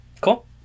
cool